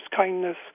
kindness